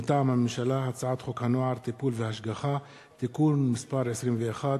מטעם הממשלה: הצעת חוק הנוער (טיפול והשגחה) (תיקון מס' 21),